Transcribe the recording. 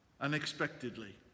unexpectedly